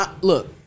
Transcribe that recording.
Look